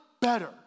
better